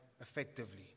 effectively